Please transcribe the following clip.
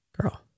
Girl